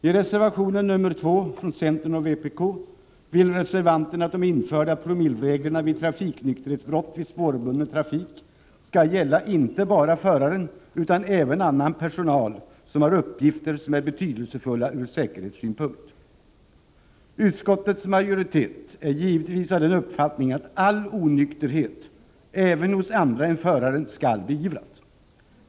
I reservation nr 2 från centern och vpk vill reservanterna att de införda promillereglerna vid trafiknykterhetsbrott vid spårbunden trafik skall gälla inte bara föraren utan även annan personal som har uppgifter som är betydelsefulla ur säkerhetssynpunkt. Utskottets majoritet är givetvis av den uppfattningen att all onykterhet — även hos andra än föraren — skall beivras.